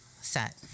set